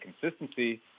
consistency